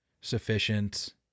sufficient